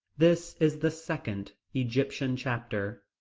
this is the second egyptian chapter.